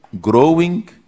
growing